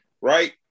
right